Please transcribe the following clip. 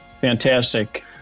Fantastic